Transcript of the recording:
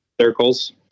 Circles